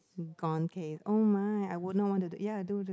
gone case oh my I wouldn't want to do ya do